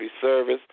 service